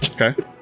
Okay